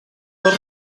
dos